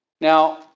Now